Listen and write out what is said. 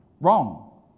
wrong